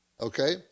okay